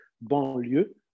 banlieue